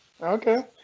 Okay